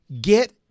get